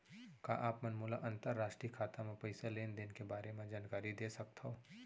का आप मन मोला अंतरराष्ट्रीय खाता म पइसा लेन देन के बारे म जानकारी दे सकथव?